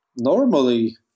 normally